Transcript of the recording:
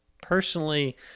Personally